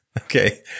Okay